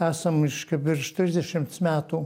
esam reiškia virš trisdešimts metų